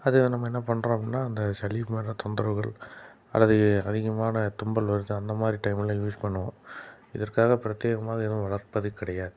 அது நம்ம என்ன பண்ணுறோம் அப்புடின்னா அந்த சளி போன்ற தொந்தரவுகள் அல்லது அதிகமான தும்பல் வருது அந்த மாதிரி டைமில் யூஸ் பண்ணுவோம் இதற்காக பிரத்தியோகமாக எதுவும் வளர்ப்பது கிடையாது